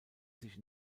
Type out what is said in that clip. sich